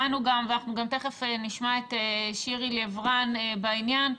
אנחנו תיכף נשמע את שירי לב רן בעניין.